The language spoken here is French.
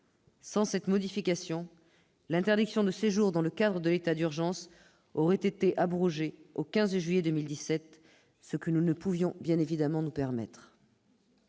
Sans cette modification, l'interdiction de séjour dans le cadre de l'état d'urgence aurait été abrogée le 15 juillet 2017, ce que nous ne pouvions bien évidemment nous permettre.